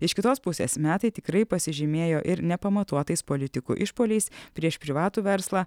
iš kitos pusės metai tikrai pasižymėjo ir nepamatuotais politikų išpuoliais prieš privatų verslą